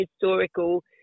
historical